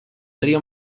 río